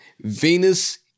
Venus